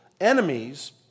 enemies